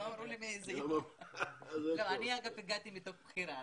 אגב, אני הגעתי מתוך בחירה.